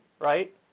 right